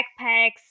backpacks